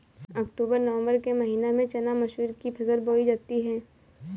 अक्टूबर नवम्बर के महीना में चना मसूर की फसल बोई जाती है?